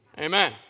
Amen